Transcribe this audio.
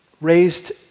raised